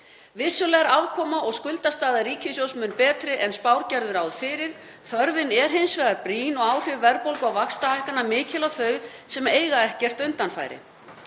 Vissulega er afkoma og skuldastaða ríkissjóðs mun betri en spár gerðu ráð fyrir. Þörfin er hins vegar brýn og áhrif verðbólgu og vaxtahækkana mikil á þau sem eiga ekkert undanfæri.